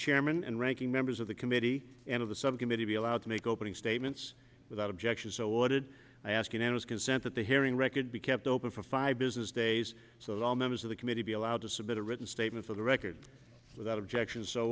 chairman and ranking members of the committee and of the subcommittee be allowed to make opening statements without objection so what did i ask unanimous consent that the hearing record be kept open for five business days so that all members of the committee be allowed to submit a written statement of the record without objection so